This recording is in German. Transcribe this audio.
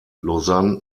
lausanne